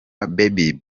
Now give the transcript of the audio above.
baby